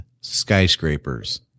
skyscrapers